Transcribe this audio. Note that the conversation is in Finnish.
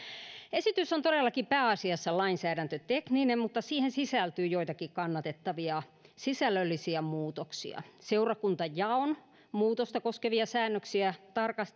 esitys on todellakin pääasiassa lainsäädäntötekninen mutta siihen sisältyy joitakin kannatettavia sisällöllisiä muutoksia seurakuntajaon muutosta koskevia säännöksiä